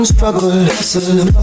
Struggle